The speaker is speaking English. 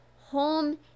home